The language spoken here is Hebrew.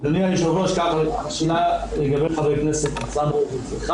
אדוני היושב ראש, לשאלת חבר הכנסת ניצן הורוביץ.